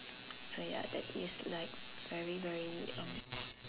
so ya that is like very very um